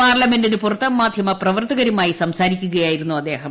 പാർലമെന്റിന് പുറത്ത് മാധ്യമ പ്രവർത്തകരുമായി സംസാരിക്കുകയായിരുന്നു അദ്ദേഹം